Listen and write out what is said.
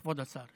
כבוד השר,